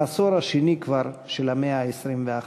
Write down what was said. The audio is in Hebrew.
בעשור השני כבר של המאה ה-21.